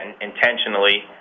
intentionally